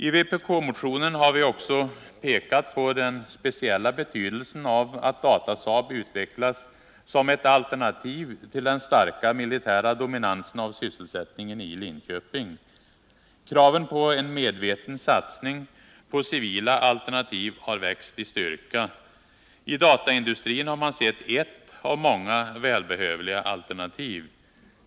I vpk-motionen har vi också pekat på den speciella betydelsen av att Datasaab utvecklas som ett alternativ till den starka militära dominansen när det gäller sysselsättningen i Linköping. Kraven på en medveten satsning på civila alternativ har växt i styrka. I dataindustrin har man sett ett av många välbehövliga alternativ.